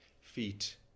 Feet